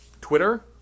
Twitter